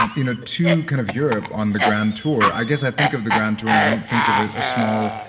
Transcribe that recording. and, you know, to kind of europe on the grand tour i guess i think of the grand tour and i don't think of ah a small,